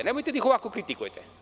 Nemojte da ih ovako kritikujete.